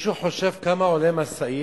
מישהו חשב כמה עולה משאית,